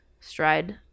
stride